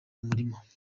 murima